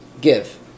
give